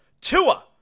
Tua